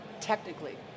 technically